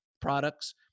products